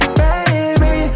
baby